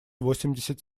восемьдесят